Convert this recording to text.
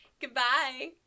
Goodbye